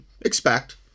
expect